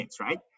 right